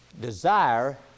desire